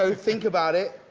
so think about it.